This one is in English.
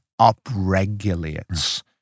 upregulates